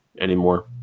anymore